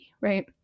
right